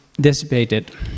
dissipated